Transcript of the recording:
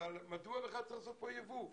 אלא מדוע בכלל צריך לעשות לפה ייבוא.